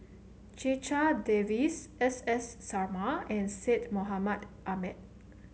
Checha Davies S S Sarma and Syed Mohamed Ahmed